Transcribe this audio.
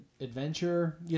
adventure